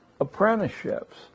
apprenticeships